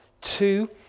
Two